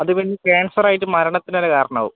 അതുപിന്നെ ക്യാൻസർ ആയിട്ട് മരണത്തിനുവരെ കാരണമാകും